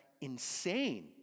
insane